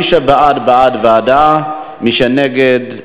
מי שבעד, בעד ועדה, מי שנגד,